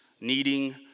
needing